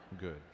good